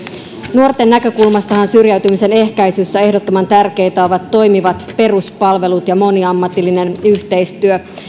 nuorten näkökulmastahan syrjäytymisen ehkäisyssä ehdottoman tärkeitä ovat toimivat peruspalvelut ja moniammatillinen yhteistyö